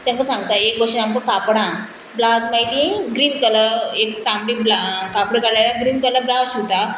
तेका सांगता एक भशेन आमकां कापडां ब्लावज मागीर तीं ग्रीन कलर एक तांबडी ब्ला कापड काडल्यार ग्रीन कलर ब्लावज शिवता